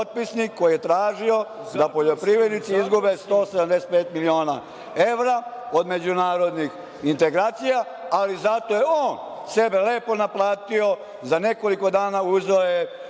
koji je tražio da poljoprivrednici izgube 175 miliona evra od međunarodnih integracija, ali zato je on sebe lepo naplatio. Za nekoliko dana uzeo je